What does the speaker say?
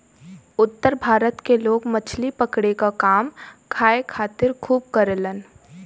उत्तर भारत के लोग मछली पकड़े क काम खाए खातिर खूब करलन